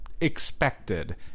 expected